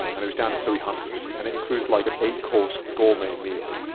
and it was down to three hundred and it included like an eight course, gourmet meal. but